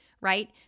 right